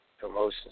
promotions